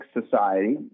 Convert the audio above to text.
society